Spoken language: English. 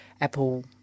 Apple